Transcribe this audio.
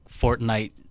Fortnite